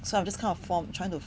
so I'm just kind of form trying to